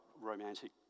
romantic